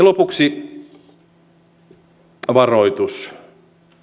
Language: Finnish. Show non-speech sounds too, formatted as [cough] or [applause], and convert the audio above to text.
[unintelligible] lopuksi varoitus